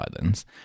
Islands